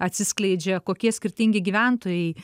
atsiskleidžia kokie skirtingi gyventojai